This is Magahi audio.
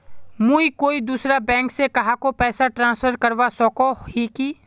मुई कोई दूसरा बैंक से कहाको पैसा ट्रांसफर करवा सको ही कि?